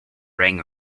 ring